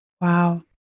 wow